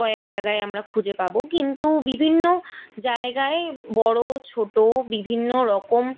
কয়েক জায়গায় আমরা খুঁজে পাব কিন্তু বিভিন্ন জায়গায় বড় ছোট বিভিন্ন রকম